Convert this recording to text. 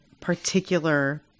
particular